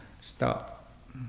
Stop